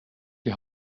die